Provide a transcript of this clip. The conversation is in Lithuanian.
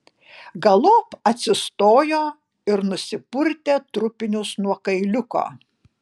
galop atsistojo ir nusipurtė trupinius nuo kailiuko